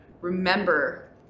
remember